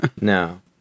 No